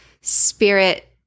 spirit